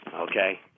okay